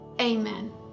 Amen